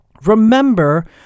remember